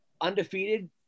undefeated